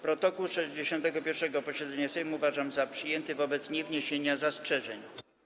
Protokół 61. posiedzenia Sejmu uważam za przyjęty wobec niewniesienia zastrzeżeń.